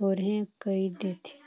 थोरहें कइर देथे